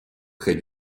près